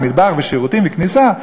עם מטבח ושירותים וכניסה,